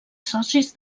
socis